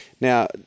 Now